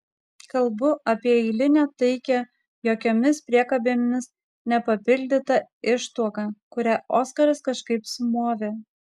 kalbu apie eilinę taikią jokiomis priekabėmis nepapildytą ištuoką kurią oskaras kažkaip sumovė